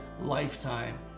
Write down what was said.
lifetime